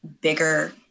bigger